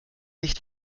nicht